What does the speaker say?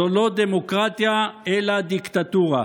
זו לא דמוקרטיה אלא דיקטטורה.